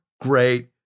great